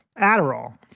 Adderall